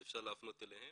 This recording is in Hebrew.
את זה אפשר להפנות אליהם.